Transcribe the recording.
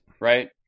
Right